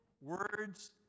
words